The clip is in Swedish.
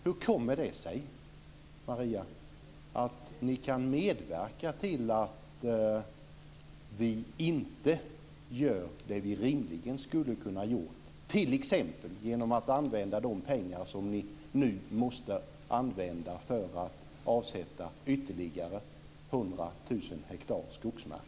Hur kommer det sig, Maria, att ni kan medverka till att vi inte gör det vi rimligen skulle ha kunnat göra, t.ex. genom att använda de pengar som ni nu måste använda för att avsätta ytterligare 100 000 hektar skogsmark?